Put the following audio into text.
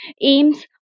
aims